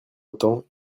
autant